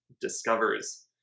discovers